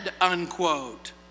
unquote